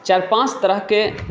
चारि पाँच तरहके